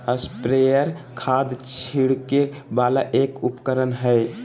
sprayer खाद छिड़के वाला एक उपकरण हय